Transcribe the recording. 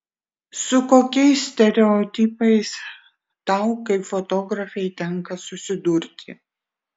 su kokiais stereotipais tau kaip fotografei tenka susidurti